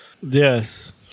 Yes